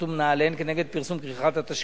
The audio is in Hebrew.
ומנהליהן כנגד פרסום כריכת התשקיף.